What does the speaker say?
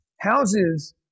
houses